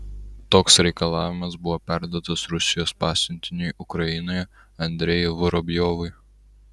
toks reikalavimas buvo perduotas rusijos pasiuntiniui ukrainoje andrejui vorobjovui